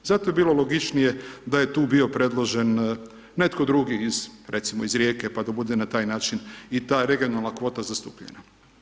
Zato je bilo logičnije da je tu bio predložen netko drugi iz, recimo, iz Rijeke, pa da bude na taj način i ta regionalna kvota zastupljena.